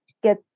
get